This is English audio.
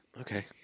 Okay